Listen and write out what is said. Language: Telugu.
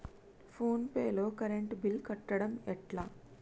ఫోన్ పే లో కరెంట్ బిల్ కట్టడం ఎట్లా?